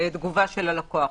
תגובה של הלקוח.